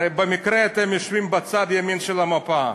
הרי במקרה אתם יושבים בצד ימין של המפה,